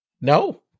No